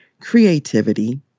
creativity